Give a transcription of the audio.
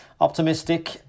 Optimistic